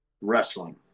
wrestling